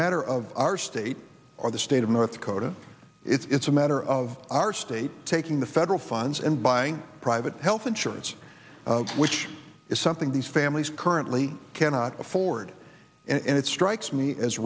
matter of our state or the state of north dakota it's a matter of our state taking the federal funds and buying private health insurance which is something these families currently cannot afford and it strikes me as